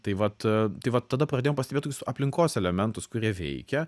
tai vat tai va tada pradėjom pastebėt tokius aplinkos elementus kurie veikia